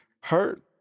hurt